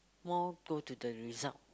more poor to the result